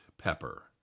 pepper